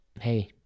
hey